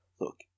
look